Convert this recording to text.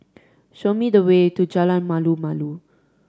show me the way to Jalan Malu Malu